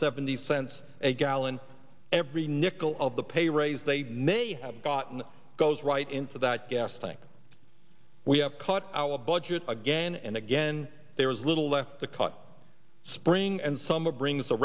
seventy cents a gallon every nickel of the pay raise they may have gotten goes right into that gas tank we have cut our budget again and again there is little left to cut spring and summer brings